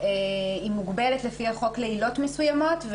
היא מוגבלת לפי החוק לעילות מסוימות.